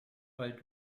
bei